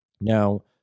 Now